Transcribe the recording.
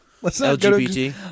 LGBT